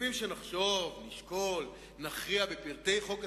מצפים שנחשוב, נשקול ונכריע בפרטי חוק התקציב.